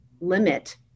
limit